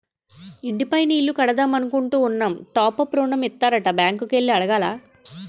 ఇంటి పైన ఇల్లు కడదామనుకుంటున్నాము టాప్ అప్ ఋణం ఇత్తారట బ్యాంకు కి ఎల్లి అడగాల